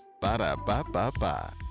Ba-da-ba-ba-ba